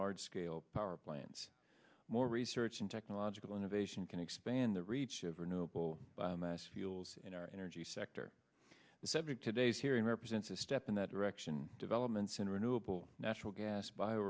large scale power plants more research and technological innovation can expand the reach of renewable fuels in our energy sector the subject today's hearing represents a step in that direction developments in renewable natural gas bio